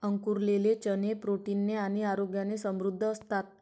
अंकुरलेले चणे प्रोटीन ने आणि आरोग्याने समृद्ध असतात